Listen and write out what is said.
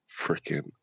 freaking